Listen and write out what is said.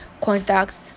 contacts